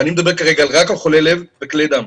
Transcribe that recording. אני מדבר כרגע רק על חולי לב וכלי דם.